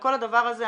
וכל הדבר הזה,